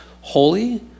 Holy